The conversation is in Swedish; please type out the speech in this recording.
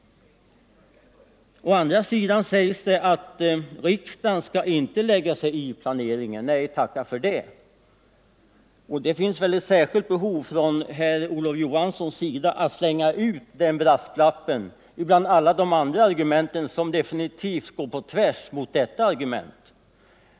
Å andra sidan sägs det att riksdagen skall inte lägga sig i planeringen. Nej, tacka för det. Och det finns väl ett särskilt behov hos herr Olof Johansson att slänga ut den brasklappen bland alla de andra argumenten som definitivt går på tvärs mot detta argument.